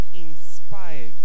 inspired